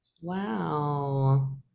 wow